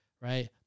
right